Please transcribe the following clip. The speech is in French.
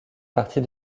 partie